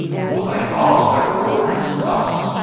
for thy master orders thus,